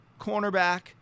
cornerback